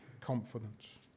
confidence